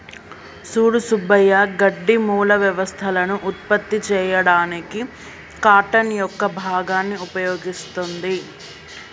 సూడు సుబ్బయ్య గడ్డి మూల వ్యవస్థలను ఉత్పత్తి చేయడానికి కార్టన్ యొక్క భాగాన్ని ఉపయోగిస్తుంది